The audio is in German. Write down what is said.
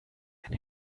ein